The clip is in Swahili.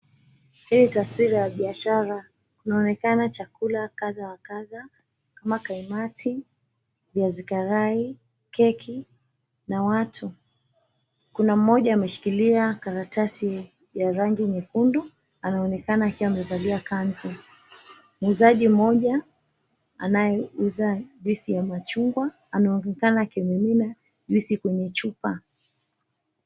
Hii ni taswira ya biashara. Kunaonekana chakula kadha wa kadha kama kaimati, viazi karai, keki na watu. Kuna mmoja ameshikilia karatasi ya rangi nyekundu, anaonekana akiwa amevalia kanzu. Muuzaji mmoja anayeuza juisi ya machungwa anaonekana akimimina juisi kwenye chupa.